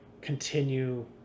continue